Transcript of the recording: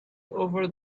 over